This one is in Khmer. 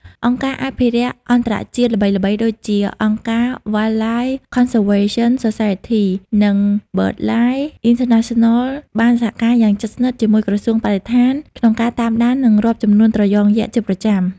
អង្គការអភិរក្សអន្តរជាតិល្បីៗដូចជា អង្គការ Wildlife Conservation Society និង BirdLife International បានសហការយ៉ាងជិតស្និទ្ធជាមួយ ក្រសួងបរិស្ថាន ក្នុងការតាមដាន និងរាប់ចំនួនត្រយងយក្សជាប្រចាំ។